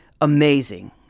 amazing